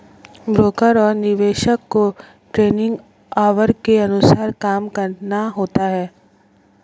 broker और निवेशक को ट्रेडिंग ऑवर के अनुसार काम करना होता है